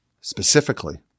specifically